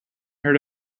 heard